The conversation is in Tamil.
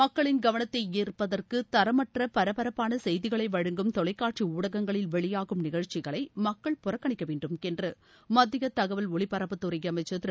மக்களின் கவனத்தை ஈரப்பதற்கு தரமற்ற பரபரப்பான செய்திகளை வழங்கும் தொலைக் காட்சி ஊடகங்களில் வெளியாகும் நிகழச்சிகளை மக்கள் புறக்கணிக்க வேண்டும் என்று மத்திய தகவல் ஒளிபரப்புத் துறை அமைச்சர் திரு